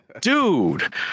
dude